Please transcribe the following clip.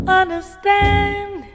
understand